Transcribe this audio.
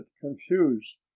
confused